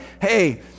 hey